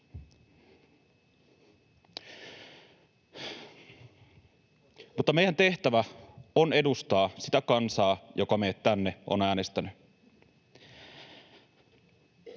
Mutta meidän tehtävämme on edustaa sitä kansaa, joka meidät tänne on äänestänyt.